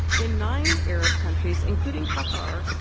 in nine arab countries, including qatar,